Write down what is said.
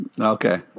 Okay